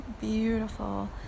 beautiful